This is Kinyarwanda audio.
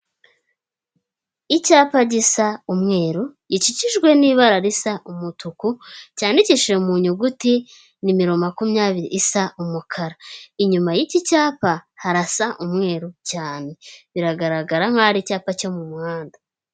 Icyapa gisa umweru gikikijwe n'ibara risa umutuku, cyandikishije mu nyuguti nimero makumyabiri isa umukara, inyuma y'iki cyapa harasa umweru cyane biragaragara nkaho ari icyapa cyo mu muhanda.